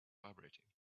vibrating